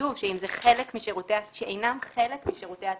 כתוב: שאינם חלק משירותי התשלום.